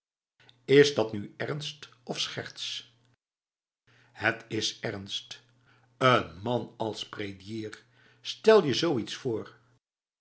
is dat nu ernst of scherts het is emst een man als prédierh stel je zoiets voor